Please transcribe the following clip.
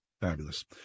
Fabulous